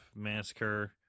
Massacre